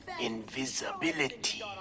invisibility